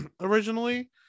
originally